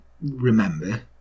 remember